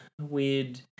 weird